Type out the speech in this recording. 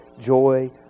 joy